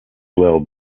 well